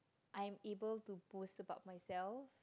I'm able to boast about myself